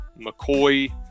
McCoy